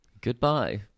Goodbye